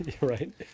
right